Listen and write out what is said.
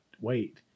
wait